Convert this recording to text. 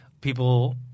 people